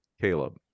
Caleb